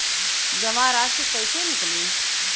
जमा राशि कइसे निकली?